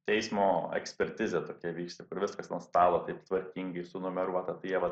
teismo ekspertizė tokia vyksta kur viskas ant stalo taip tvarkingai sunumeruota tai jie va